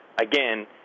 Again